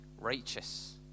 righteous